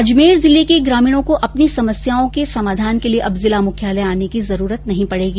अजमेर जिले के ग्रामीणों को अपनी समस्याओं के समाधान के लिये अब जिला मुख्यालय आने की जरूरत नहीं पडेगी